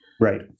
right